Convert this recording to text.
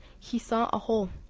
he saw a hole,